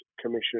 Commission